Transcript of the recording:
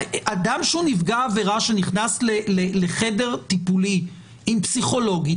אדם שהוא נפגע עבירה שנכנס לחדר טיפולי עם פסיכולוגית,